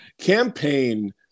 campaign